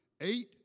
eight